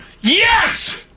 yes